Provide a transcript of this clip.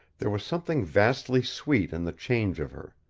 there was something vastly sweet in the change of her.